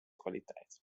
kwaliteit